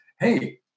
hey